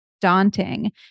daunting